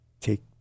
take